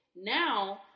Now